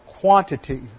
quantity